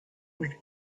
with